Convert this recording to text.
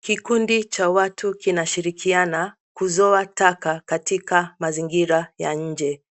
Kikundi cha watu kinashirikiana, kuzoa taka katika mazingira ya nje.